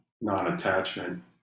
non-attachment